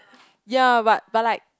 ya but but like